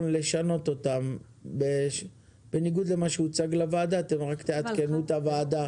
לשנות אותן בניגוד למה שהוצג לוועדה אתם תעדכנו את הוועדה.